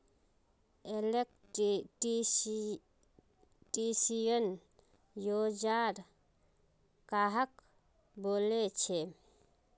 Electrician औजार कहाक बोले छे?